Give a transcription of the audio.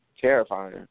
terrifying